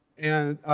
and,